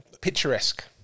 picturesque